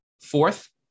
Fourth